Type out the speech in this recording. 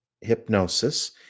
hypnosis